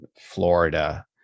Florida